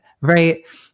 right